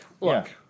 look